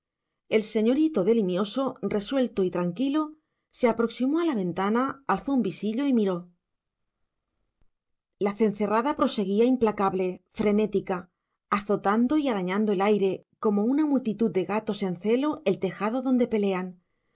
el señorito de limioso resuelto y tranquilo se aproximó a la ventana alzó un visillo y miró la cencerrada proseguía implacable frenética azotando y arañando el aire como una multitud de gatos en celo el tejado donde pelean